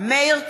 מאיר כהן,